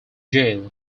jail